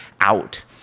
out